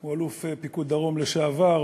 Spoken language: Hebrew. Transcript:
הוא אלוף פיקוד הדרום לשעבר,